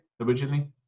originally